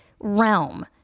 realm